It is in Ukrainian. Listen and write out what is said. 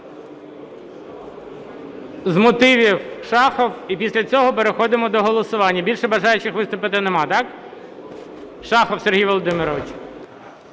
З мотивів Шахов, і після цього переходимо до голосування. Більше бажаючих виступити немає, так? Шахов Сергій Володимирович.